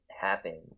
happen